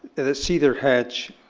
the cedar hedge,